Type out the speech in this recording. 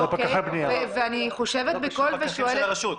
פקחים של הרשות.